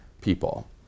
people